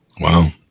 Wow